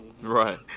Right